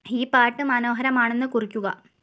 ഈ പാട്ട് മനോഹരമാണെന്ന് കുറിക്കുക